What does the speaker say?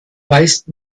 weist